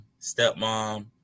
stepmom